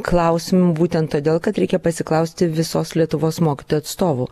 klausimų būtent todėl kad reikia pasiklausti visos lietuvos mokytojų atstovų